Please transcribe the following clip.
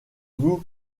vous